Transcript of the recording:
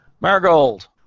Marigold